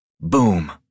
Boom